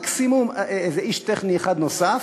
מקסימום איזה איש טכני אחד נוסף,